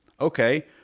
okay